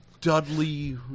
Dudley